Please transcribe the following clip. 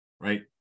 right